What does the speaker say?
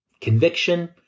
conviction